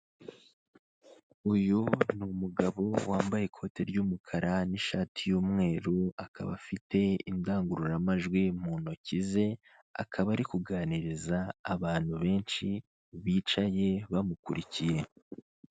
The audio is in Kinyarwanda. Uyu ni umugabo wambaye ikoti ry'umukara n'ishati y'umweru akaba afite indangururamajwi mu ntoki ze, akaba ari kuganiriza abantu benshi bicaye bamukurikiye.